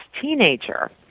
teenager